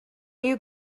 you